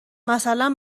مثلا